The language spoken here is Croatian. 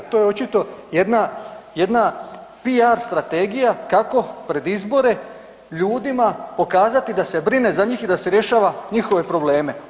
To je očito jedna, jedna PR strategija kako pred izbore ljudima pokazati da se brine za njih i da se rješava njihove probleme.